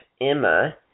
Emma